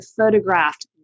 photographed